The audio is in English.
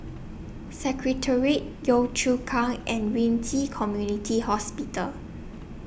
Secretariat Yio Chu Kang and Ren Ci Community Hospital